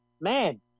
man